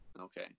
Okay